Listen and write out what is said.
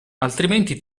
altrimenti